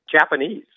Japanese